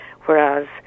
whereas